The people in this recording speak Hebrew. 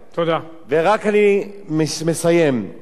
אני מסיים במשפט אחד.